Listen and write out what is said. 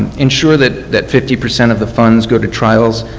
ensure that that fifty percent of the funds go to trials